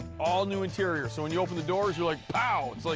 all-new interior. so when you open the doors, you're like, pow. it's like,